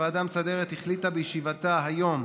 הוועדה המסדרת החליטה בישיבתה היום,